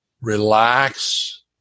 relax